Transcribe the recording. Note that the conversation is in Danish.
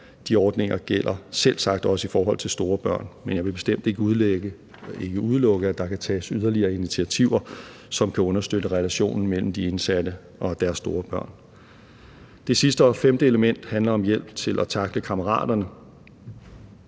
med børn, selvsagt også gælder i forhold til store børn. Men jeg vil bestemt ikke udelukke, at der kan tages yderligere initiativer, som kan understøtte relationen mellem de indsatte og deres store børn. Det sidste og femte element handler om hjælp til at tackle kammeraterne.